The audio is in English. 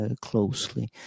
closely